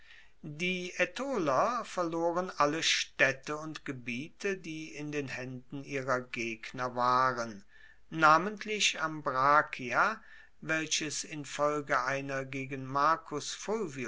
die aetoler verloren alle staedte und gebiete die in den haenden ihrer gegner waren namentlich ambrakia welches infolge einer gegen marcus